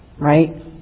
right